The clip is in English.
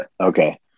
Okay